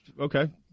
Okay